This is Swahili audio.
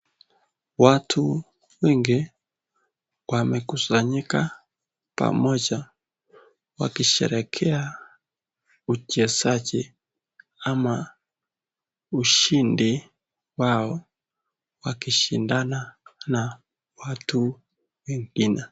Watu wengi wamekusanyika pamoja wakisherehekea uchezaji ama ushindi wao wakishindana na watu wengine.